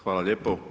Hvala lijepo.